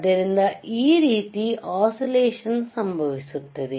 ಆದ್ದರಿಂದ ಈ ರೀತಿ ಒಸಿಲೇಷನ್ ಸಂಭವಿಸುತ್ತವೆ